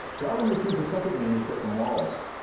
darwin receives a second manuscript from wallace,